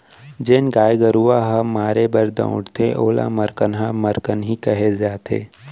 जेन गाय गरूवा ह मारे बर दउड़थे ओला मरकनहा मरकनही कहे जाथे